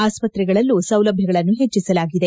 ಆಸ್ತ್ರೆಗಳಲ್ಲೂ ಸೌಲಭ್ಯಗಳನ್ನು ಹೆಚ್ಚಿಸಲಾಗಿದೆ